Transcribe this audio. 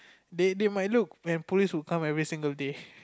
they might look when police would come every single day